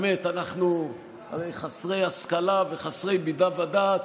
באמת אנחנו הרי חסרי השכלה וחסרי בינה ודעת,